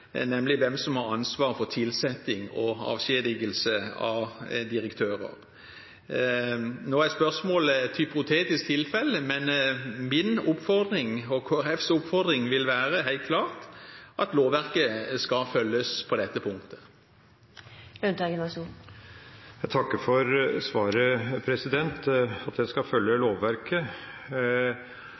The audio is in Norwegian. nemlig hvem som har ansvar for tilsetting og avskjedigelse av direktører. Nå er spørsmålet et hypotetisk tilfelle, men min og Kristelig Folkepartis oppfordring vil helt klart være at lovverket skal følges på dette punktet. Jeg takker for svaret, at en skal følge lovverket.